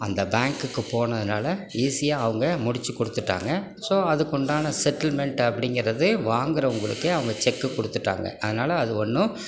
அந்த பேங்குக்கு போனதினால ஈஸியாக அவங்க முடிச்சு கொடுத்துட்டாங்க ஸோ அதுக்கு உண்டான செட்டில்மென்ட் அப்படிங்கறது வாங்குறவங்களுக்கே அவங்க செக் கொடுத்துட்டாங்க அதனாலே அது ஒன்றும்